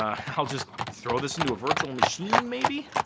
ah i'll just throw this into a virtual machine maybe.